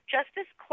Justice